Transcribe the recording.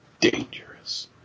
dangerous